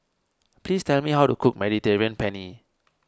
please tell me how to cook Mediterranean Penne